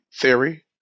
theory